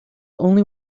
only